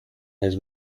has